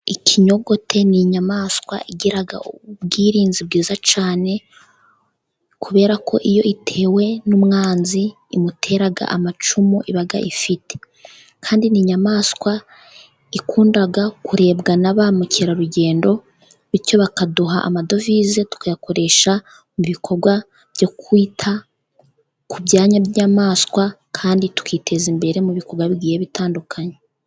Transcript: Ikinyogote ni inyamaswa igira ubwirinzi bwiza cyane, kubera ko iyo itewe n'umwanzi, imutera amacumu iba ifite. Kandi n'inyamaswa ikunda kurebwa na ba mukerarugendo, bityo bakaduha amadovize, tukayakoresha mu bikorwa byo kwita ku byanya by'inyamaswa, kandi tukiteza imbere mu bikorwa bigiye bitandukanye.